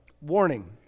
warning